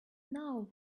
now